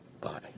Bye